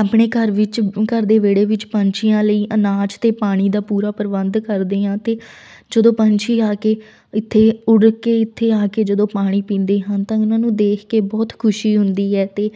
ਆਪਣੇ ਘਰ ਵਿੱਚ ਘਰ ਦੇ ਵਿਹੜੇ ਵਿੱਚ ਪੰਛੀਆਂ ਲਈ ਅਨਾਜ ਅਤੇ ਪਾਣੀ ਦਾ ਪੂਰਾ ਪ੍ਰਬੰਧ ਕਰਦੇ ਹਾਂ ਅਤੇ ਜਦੋਂ ਪੰਛੀ ਆ ਕੇ ਇੱਥੇ ਉੜ ਕੇ ਇੱਥੇ ਆ ਕੇ ਜਦੋਂ ਪਾਣੀ ਪੀਂਦੇ ਹਨ ਤਾਂ ਉਹਨਾਂ ਨੂੰ ਦੇਖ ਕੇ ਬਹੁਤ ਖੁਸ਼ੀ ਹੁੰਦੀ ਹੈ ਅਤੇ